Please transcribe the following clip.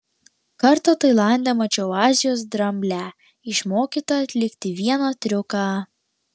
kartą tailande mačiau azijos dramblę išmokytą atlikti vieną triuką